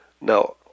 Now